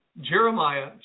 Jeremiah